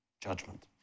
judgment